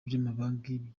n’amabanki